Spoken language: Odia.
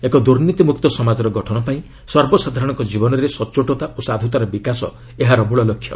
ଏକ ଦୂର୍ନୀତିମୁକ୍ତ ସମାଜର ଗଠନପାଇଁ ସର୍ବସାଧାରଣଙ୍କ ଜୀବନରେ ସଚ୍ଚୋଟତା ଓ ସାଧୁତାର ବିକାଶ ଏହାର ମୂଳଲକ୍ଷ୍ୟ